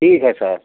ठीक है सर